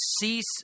cease